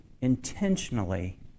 intentionally